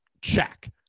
Check